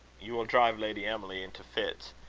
you will drive lady emily into fits.